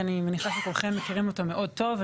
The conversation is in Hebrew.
כי אני מניחה שכולכם מכירים אותו מאוד טוב.